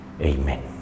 Amen